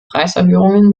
preiserhöhungen